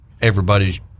everybody's